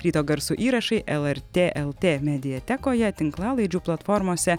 ryto garsų įrašai lrt lt mediatekoje tinklalaidžių platformose